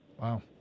Wow